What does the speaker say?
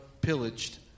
pillaged